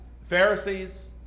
Pharisees